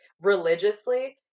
religiously